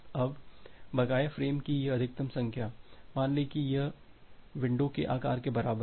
अब बकाया फ्रेम की यह अधिकतम संख्या मान लें कि यह विंडो के आकार के बराबर है